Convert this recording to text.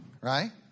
Right